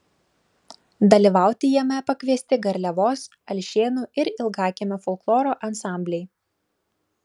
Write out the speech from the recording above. dalyvauti jame pakviesti garliavos alšėnų ir ilgakiemio folkloro ansambliai